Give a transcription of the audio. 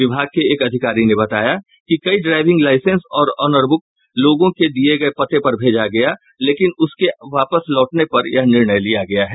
विभाग के एक अधिकारी ने बताया कि कई ड्राइविंग लाइसेंस और ऑनर बुक लोगों के दिये गये पते पर भेजा गया लेकिन उसके वापस लौटने पर यह निर्णय लिया गया है